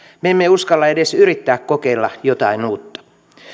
me emme uskalla edes yrittää kokeilla jotain uutta